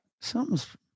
something's